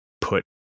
put